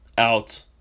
out